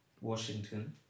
Washington